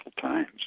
times